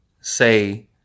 say